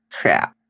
crap